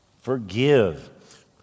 forgive